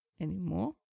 Anymore